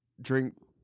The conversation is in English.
drink